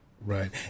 Right